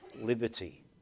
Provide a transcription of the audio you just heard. liberty